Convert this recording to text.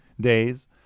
days